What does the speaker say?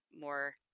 more